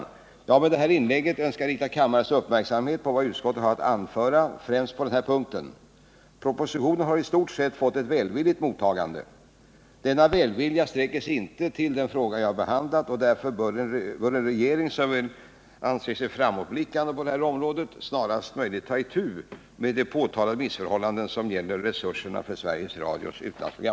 Jag har med detta inlägg önskat rikta kammarens uppmärksamhet på vad utskottet har att anföra främst på denna punkt. Propositionen har i stort fått ett välvilligt mottagande. Denna välvilja sträcker sig inte till den fråga jag behandlat, och därför bör en regering som vill anse sig framåtblickande på detta område snarast möjligt ta itu med de påtalade missförhållanden som gäller resurserna för Sveriges Radios utlandsprogram.